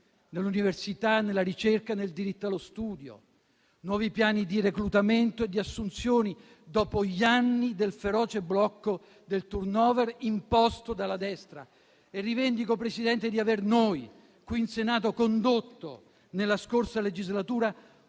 nell'università, nella ricerca e nel diritto allo studio, con nuovi piani di reclutamento e di assunzioni, dopo gli anni del feroce blocco del *turnover* imposto dalla destra. E rivendico, Presidente, di aver noi qui in Senato condotto, nella scorsa legislatura,